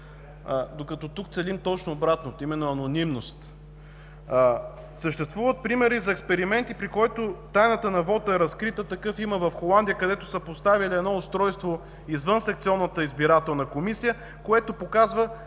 докато тук целим точно обратното – именно анонимност. Съществуват примери за експерименти, при които тайната на вота е разкрита. Такъв има в Холандия, където са поставяли едно устройство извън секционната избирателна комисия, което показва